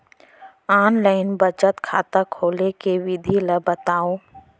Online बचत खाता खोले के विधि ला बतावव?